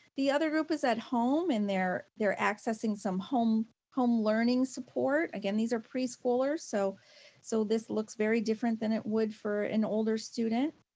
the other group is at home and they're they're accessing some home home learning support. again, these are preschoolers, so so this looks very different than it would for an older student.